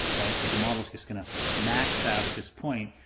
that the model is going to max out at this point,